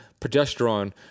progesterone